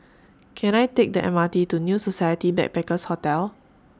Can I Take The M R T to New Society Backpackers' Hotel